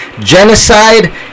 genocide